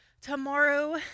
Tomorrow